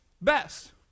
best